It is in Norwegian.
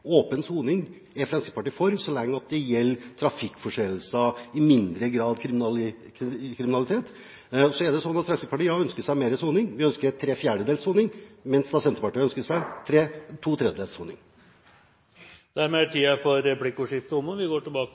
åpen soning, er ikke det noe problem. Problemet kommer når de som har begått alvorlig kriminalitet, slipper ut etter åpen soning. Åpen soning er Fremskrittspartiet for så lenge det gjelder trafikkforseelser – i mindre grad kriminalitet. Så er det sånn at Fremskrittspartiet ønsker seg mer soning. Vi ønsker tre fjerdedels soning, mens Senterpartiet ønsker to tredjedels soning. Replikkordskiftet er omme. I og med at jeg var